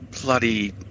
bloody